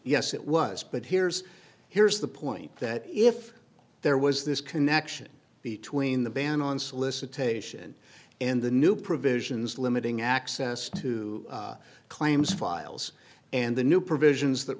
yes it was but here's here's the point that if there was this connection between the ban on solicitation in the new provisions limiting access to claims files and the new provisions that